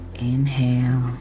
Inhale